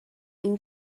این